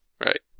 right